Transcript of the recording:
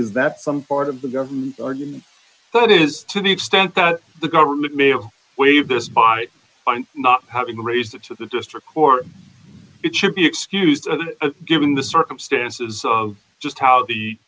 is that some part of the government argument but it is to the extent that the government may all waive this body fine not having raised it to the district court it should be excused given the circumstances of just how the